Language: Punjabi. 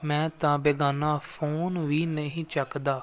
ਮੈਂ ਤਾਂ ਬੇਗਾਨਾ ਫੋਨ ਵੀ ਨਹੀਂ ਚੱਕਦਾ